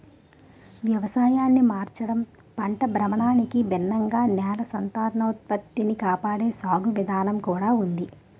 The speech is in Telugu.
వ్యవసాయాన్ని మార్చడం, పంట భ్రమణానికి భిన్నంగా నేల సంతానోత్పత్తి కాపాడే సాగు విధానం కూడా ఉంది